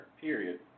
period